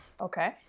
Okay